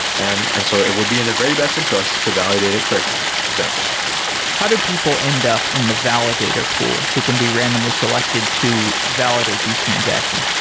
and and so it would be in their very best interest to validate it correctly exactly how do people end up in the validator pool, who can be randomly selected to validate these transactions?